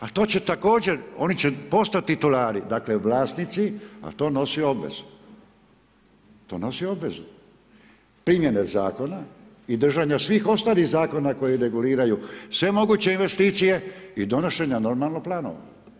A to će također, oni će postati titulari, dakle, vlasnici, a to nosi obvezu, to nosi obvezu primjene zakona i držanja svih ostalih zakona koji reguliraju sve moguće investicije i donošenja planova.